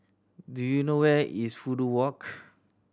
do you know where is Fudu Walk